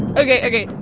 ok. ok.